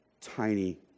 tiny